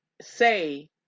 say